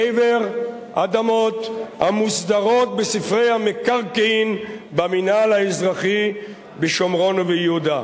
לעבר אדמות המוסדרות בספרי המקרקעין במינהל האזרחי בשומרון וביהודה.